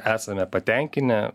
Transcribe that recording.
esame patenkinę